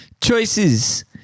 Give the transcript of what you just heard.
choices